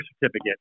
certificate